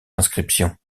inscriptions